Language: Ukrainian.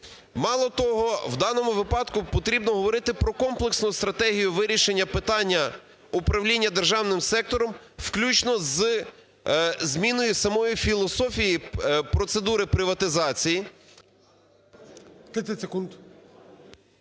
Мало того, в даному випадку потрібно говорити про комплексну стратегію вирішення питання управління державним сектором включно з зміною самої філософії процедури приватизації…